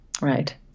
right